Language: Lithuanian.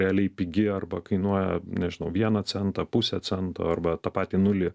realiai pigi arba kainuoja nežinau vieną centą pusę cento arba tą patį nulį